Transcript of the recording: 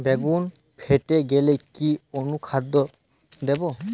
বেগুন ফেটে গেলে কি অনুখাদ্য দেবো?